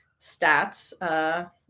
stats